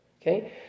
okay